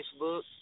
Facebook